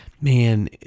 man